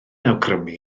awgrymu